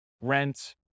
rent